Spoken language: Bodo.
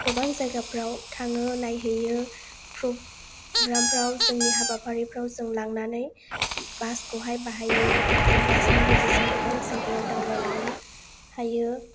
गोबां जायगाफ्राव थाङो नायहैयो प्रग्राम फ्राव जोंनि हाबाफारिफ्राव जों लांनानै बास खौहाय बाहायो जों बास नि गेजेरजों गोबां जायगायाव दावबायलांनो हायो